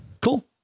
Cool